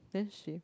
then she